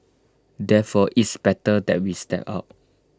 therefore it's better that we step out